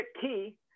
Key